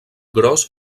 gros